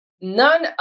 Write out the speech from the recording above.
none